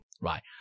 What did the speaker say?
right